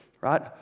right